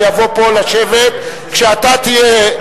אני אבוא פה לשבת כשאתה תהיה,